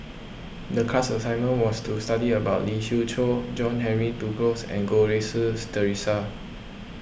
the class assignment was to study about Lee Siew Choh John Henry Duclos and Goh Rui Si theresa